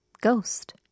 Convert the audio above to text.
ghost